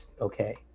okay